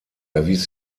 erwies